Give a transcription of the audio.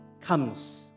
comes